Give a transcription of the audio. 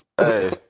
Hey